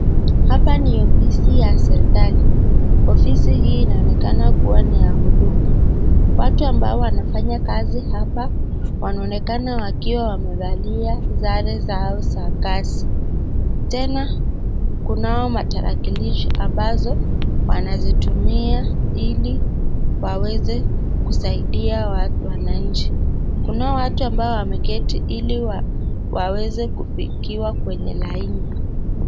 Hapa ni ofisi ya serikali. Ofisi hii inaonekana kuwa ni ya huduma. Watu ambao wanafanya kazi hapa wanaonekana wakiwa wamevalia sare zao za kazi. Tena kunao matarakilishi ambazo wanazitumia ili waweze kusaidia wananchi. Kunao watu ambao wameketi ili waweze kufikiwa kwenye laini.